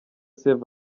saint